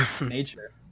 nature